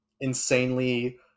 insanely